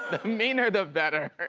the meaner, the better. i